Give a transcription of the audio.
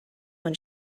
when